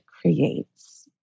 creates